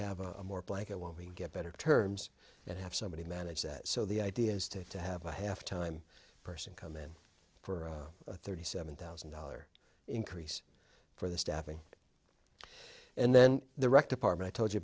have a more blanket won't we get better terms and have somebody manage that so the idea is to to have a half time person come in for thirty seven thousand dollar increase for the staffing and then the rec department told you